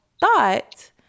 thought